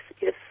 yes